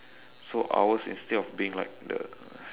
so ours instead of being like the